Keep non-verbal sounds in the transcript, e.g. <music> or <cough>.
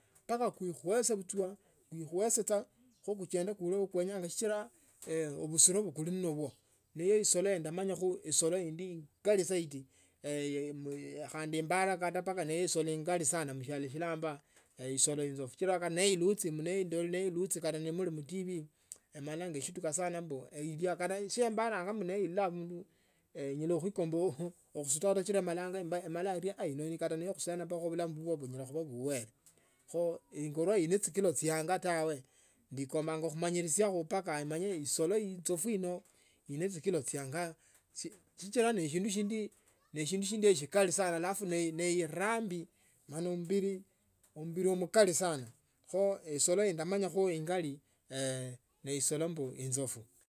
Mpaka kuikhwese butswa kuikwese tsa kho kuchenda <hesitation> kuenya khuole sichila obusioro we kuli nabwo ne esolo yendamanyakho isolo indi ingai zaidi yee khandi imbara pa mpaka isolo ingali sana mshalo shilamba esolo iyo sichila khane neiluchi ndolele iluchi kata muli mtivi emala eshtuka mbu edie kata shimbaranga neyila bundu enyala khuikomba ekhusuta shitanda shilo emalanga eria mala kata ino nekhusena bulamu bubwa bunyala khuba buwele. Kho ingonwaili nende chikilo chianga sichila neshindu shindi eshikali sana alafu neerambi mala umbili, umbili mkali sana kho isolo yendamanya ingali <hesitation> ne isolo mbu inzafu.